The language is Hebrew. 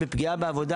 בפגיעה בעבודה,